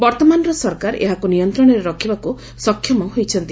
ବର୍ତ୍ତମାନର ସରକାର ଏହାକୁ ନିୟନ୍ତ୍ରଣରେ ରଖିବାକୁ ସକ୍ଷମ ହୋଇଛନ୍ତି